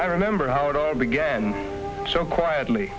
i remember how it all began so quietly